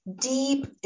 Deep